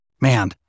man